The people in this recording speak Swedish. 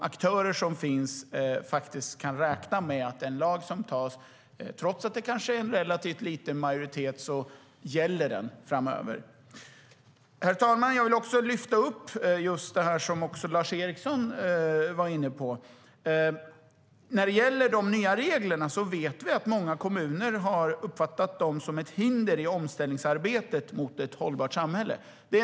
Aktörerna ska kunna räkna med att den lag som antas kommer att gälla framöver, trots att det kanske sker med en relativt liten majoritet. Herr talman! Jag vill lyfta upp något som också Lars Eriksson var inne på. Vi vet att många kommuner har uppfattat de nya reglerna som ett hinder i omställningsarbetet för ett hållbart samhälle.